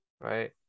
right